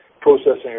processing